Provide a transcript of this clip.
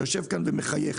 שיושב כאן ומחייך,